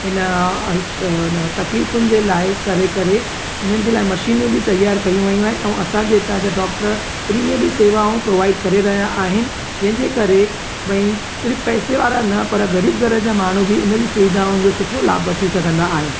हिन तकलीफ़ुनि जे लाइ करे करे उन्हनि जे लाइ मशीनियूं बि तियारु कयूं वयूं आहिनि ऐं ऐं असांजे हितां जा डॉक्टर फ्री में बि सेवाऊं प्रोवाइट करे रहिया आहिनि जंहिंजे करे भाई सिर्फ़ु पैसे वारा न पर ग़रीबु घर जा माण्हू बि उन जी सुविधाउनि जो सुठो लाभु वठी सघंदा आहिनि